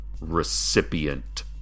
recipient